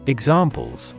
Examples